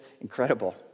incredible